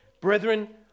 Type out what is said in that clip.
Brethren